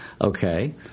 Okay